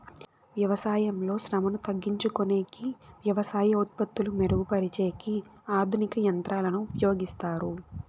వ్యవసాయంలో శ్రమను తగ్గించుకొనేకి వ్యవసాయ ఉత్పత్తులు మెరుగు పరిచేకి ఆధునిక యంత్రాలను ఉపయోగిస్తారు